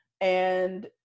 and-